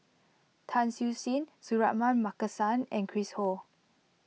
Tan Siew Sin Suratman Markasan and Chris Ho